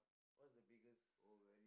what's the biggest